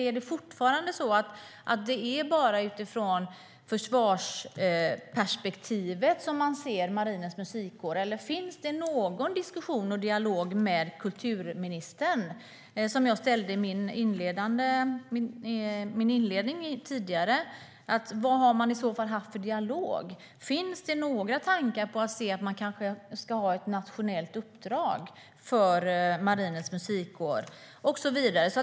Är det fortfarande bara utifrån försvarsperspektivet som ni ser Marinens Musikkår? Eller finns det någon diskussion och dialog med kulturministern? Som jag frågade i min inledning: Vad har ni i så fall haft för dialog? Finns det några tankar om ett nationellt uppdrag för Marinens Musikkår.